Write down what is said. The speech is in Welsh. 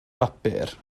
bapur